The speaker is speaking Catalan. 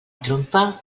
trompa